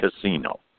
casino